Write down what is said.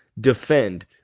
defend